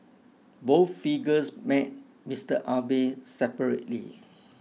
both figures met Mister Abe separately